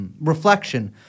reflection